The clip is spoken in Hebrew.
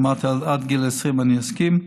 אמרתי: עד גיל 20 אני אסכים.